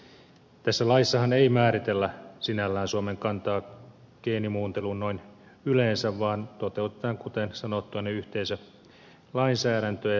tässä laissahan ei määritellä sinällään suomen kantaa geenimuunteluun noin yleensä vaan toteutetaan kuten sanottu yhteisölainsäädäntöä